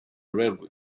railway